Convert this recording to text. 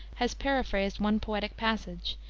has paraphrased one poetic passage,